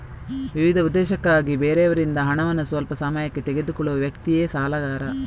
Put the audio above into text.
ವಿವಿಧ ಉದ್ದೇಶಕ್ಕಾಗಿ ಬೇರೆಯವರಿಂದ ಹಣವನ್ನ ಸ್ವಲ್ಪ ಸಮಯಕ್ಕೆ ತೆಗೆದುಕೊಳ್ಳುವ ವ್ಯಕ್ತಿಯೇ ಸಾಲಗಾರ